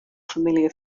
familiar